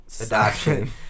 Adoption